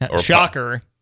Shocker